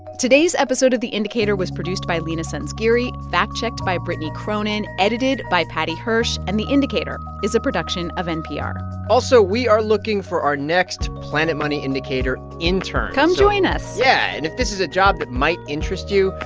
today's episode of the indicator was produced by leena sanzgiri, fact-checked by brittany cronin, edited by paddy hirsch. and the indicator is a production of npr also, we are looking for our next planet money indicator intern come join us yeah. and if this is a job that might interest you,